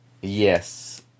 Yes